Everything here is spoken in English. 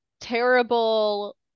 terrible